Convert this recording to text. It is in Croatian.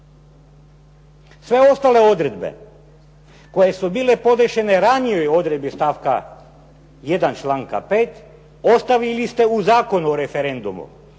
Sve ostale odredbe koje su bile podešene ranijoj odredbi stavka 1., članka 5. ostavili ste u zakonu o referendumu.